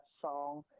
song